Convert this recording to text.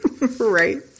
Right